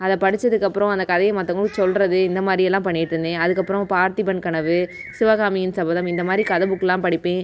அதை படிச்சதுக்கு அப்புறம் அந்த கதைய மற்றவங்களுக்கு சொல்கிறது இந்தமாதிரி எல்லாம் பண்ணிட்டுருந்தேன் அதுக்கப்புறம் பார்த்திபன் கனவு சிவகாமியின் சபதம் இந்தமாதிரி கதை புக்கெலாம் படிப்பேன்